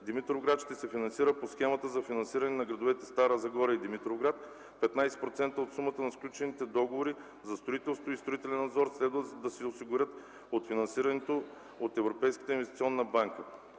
Димитровград", ще се финансира по схемата за финансиране на градовете Стара Загора и Димитровград (15% от сумата на сключените договори за строителство и строителен надзор следва да се осигурят от финансирането от ЕИБ). През 2009 г., в бр.